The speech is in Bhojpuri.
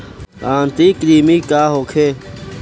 आंतरिक कृमि का होखे?